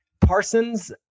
Parsons